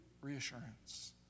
reassurance